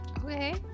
okay